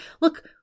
look